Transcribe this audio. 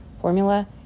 formula